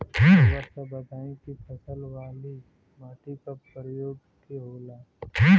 रउआ सब बताई कि फसल वाली माटी क प्रकार के होला?